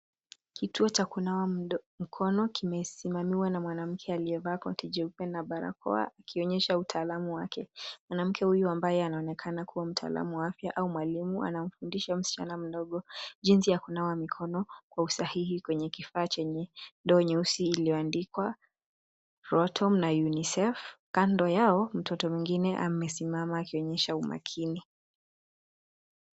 Kituo cha kunawa mkono kimesimamiwa na mwanamke aliyevaa koti jeupe na barakoa akionyesha utaalamu wake. Mwanamke huyu ambaye anaonekana kuwa mtaalamu wa afya au mwalimu anamfundisha msichana mdogo jinsi ya kunawa mikono kwa usahihi kwenye kifaa chenye ndoo nyeusi iliyoandikwa roto na unicef. Kando yao mtoto mwingine amesimama akionyesha umakini.